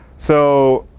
so,